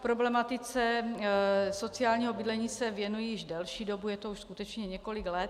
Problematice sociálního bydlení se věnuji již delší dobu, je to skutečně již několik let.